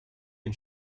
can